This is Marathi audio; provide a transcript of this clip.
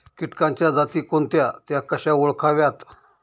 किटकांच्या जाती कोणत्या? त्या कशा ओळखाव्यात?